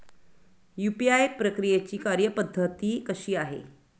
UPI प्रक्रियेची कार्यपद्धती कशी आहे?